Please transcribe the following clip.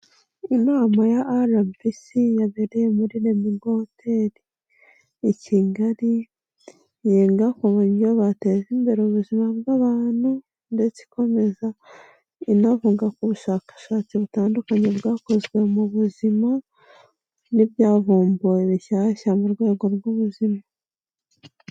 Inama ya RBC yabereye muri Lemigo hotel i Kigali, yiga ku buryo bateza imbere ubuzima bw'abantu ndetse ikomeza inavuga ko bushakashatsi butandukanye bwakozwe mu buzima n'ibyavumbuwe bishyashya mu rwego rw'ubuzima.